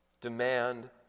demand